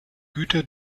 güter